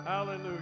Hallelujah